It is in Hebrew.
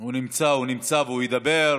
הוא נמצא, הוא נמצא והוא ידבר,